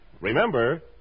Remember